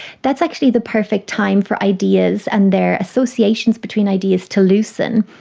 that's actually the perfect time for ideas and their associations between ideas to loosen.